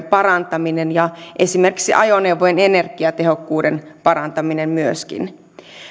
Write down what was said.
parantaminen ja esimerkiksi ajoneuvojen energiatehokkuuden parantaminen myöskin